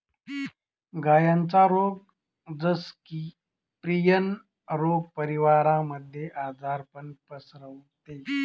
गायांचा रोग जस की, प्रियन रोग परिवारामध्ये आजारपण पसरवते